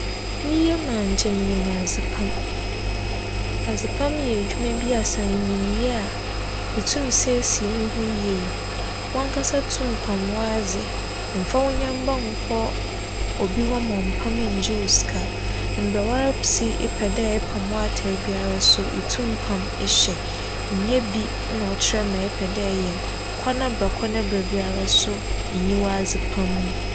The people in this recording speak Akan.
Me yamu a nkyɛ minyim adzepam. Adzepam yɛ edwuma bi a sɛ inyim yɛ a itum siesie wo ho yie. Wankasa tum pam wadze, emmfa wo nyamba nnkͻ obi hͻ ma ͻmmpam nngye wo sika, mbrɛ woara si epɛ dɛ epam w'atar biara so itum pam hyɛ, nnyɛ bi na ͻkyerɛ ma epɛ dɛ eyɛ. kͻ na bra kͻ na bra biara so innyi ͻadzepam mu.